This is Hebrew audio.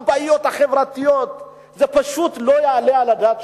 והבעיות החברתיות שם, זה פשוט לא יעלה על הדעת.